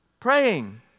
Praying